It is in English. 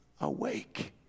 awake